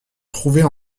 trouvées